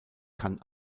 kann